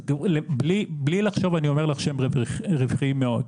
בלי לחשוב אני יכול לומר שהם רווחיים מאוד.